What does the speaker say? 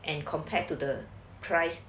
and compared to the price